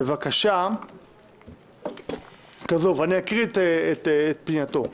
בבקשה זו, ואקרא את פנייתו: